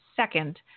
Second